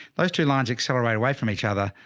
those two lines accelerate away from each other.